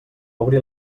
obrir